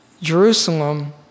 Jerusalem